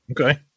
Okay